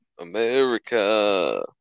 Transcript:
America